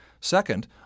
Second